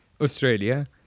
Australia